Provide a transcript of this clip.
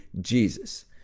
jesus